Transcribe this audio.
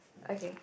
okay